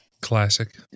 classic